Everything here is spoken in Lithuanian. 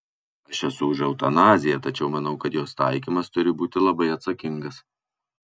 aš esu už eutanaziją tačiau manau kad jos taikymas turi būti labai atsakingas